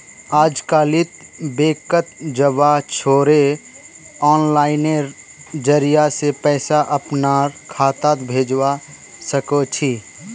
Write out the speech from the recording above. अजकालित बैंकत जबा छोरे आनलाइनेर जरिय स पैसा अपनार खातात भेजवा सके छी